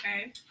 Okay